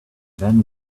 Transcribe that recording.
then